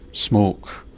smoke,